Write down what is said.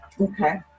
Okay